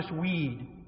weed